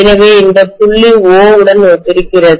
எனவே இது புள்ளி O உடன் ஒத்திருக்கிறது